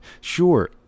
Sure